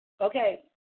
Okay